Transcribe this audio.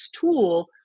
tool